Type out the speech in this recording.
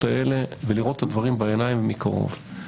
האלה ולראות את הדברים בעיניים ומקרוב.